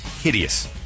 Hideous